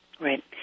Right